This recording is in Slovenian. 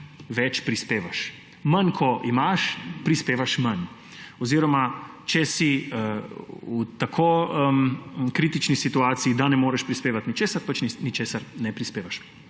več prispevaš, manj kot imaš, prispevaš manj oziroma če si v tako kritični situaciji, da ne moreš prispevati ničesar, pač ničesar ne prispevaš.